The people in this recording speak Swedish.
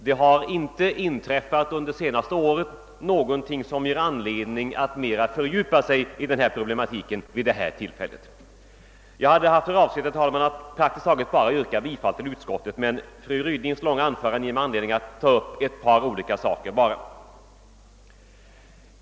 Och under det senast gångna året har det inte inträffat någonting som ger anledning att nu fördjupa sig i denna problematik. Min avsikt var att här praktiskt taget bara yrka bifall till utskottets hemställan, men fru Rydings långa anförande föranleder mig att ta upp ett par saker.